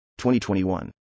2021